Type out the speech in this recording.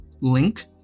Link